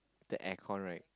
the aircon right